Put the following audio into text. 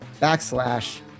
backslash